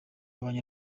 bakoze